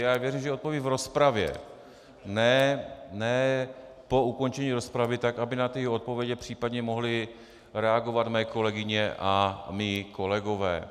Já věřím, že je odpoví v rozpravě, ne po ukončení rozpravy tak, aby na ty odpovědi případně mohly reagovat mé kolegyně a mí kolegové.